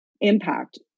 impact